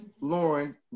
Lauren